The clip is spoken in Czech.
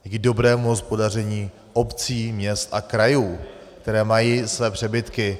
Díky dobrému hospodaření obcí, měst a krajů, které mají své přebytky.